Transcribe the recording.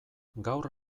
gaur